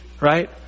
right